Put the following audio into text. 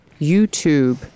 YouTube